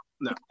no